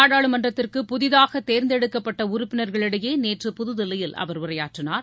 நாடாளுமன்றத்திற்கு புதிதாக தேர்ந்தெடுக்கப்பட்ட உறுப்பினர்களிடையே நேற்று புதுதில்லி அவர் உரையாற்றினார்